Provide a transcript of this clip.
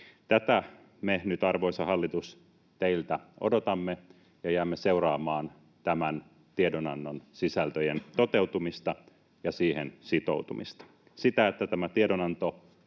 Tätä me nyt, arvoisa hallitus, teiltä odotamme. Jäämme seuraamaan tämän tiedonannon sisältöjen toteutumista ja siihen sitoutumista, sitä, että tämä tiedonanto